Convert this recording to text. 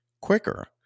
quicker